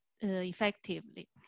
effectively